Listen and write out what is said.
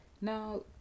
Now